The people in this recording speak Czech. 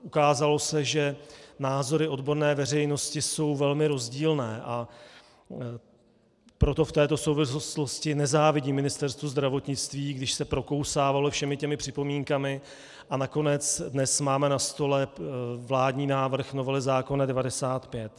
Ukázalo se, že názory odborné veřejnosti jsou velmi rozdílné, a proto v této souvislosti nezávidím Ministerstvu zdravotnictví, když se prokousávalo všemi těmi připomínkami, a nakonec dnes máme na stole vládní návrh novely zákona č. 95.